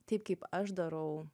taip kaip aš darau